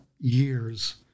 Years